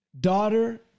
daughter